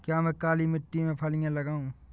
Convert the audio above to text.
क्या मैं काली मिट्टी में फलियां लगाऊँ?